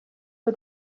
for